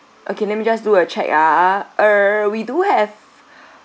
okay let me just do a check ah uh we do have